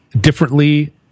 differently